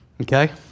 Okay